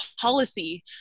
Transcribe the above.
policy